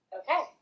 okay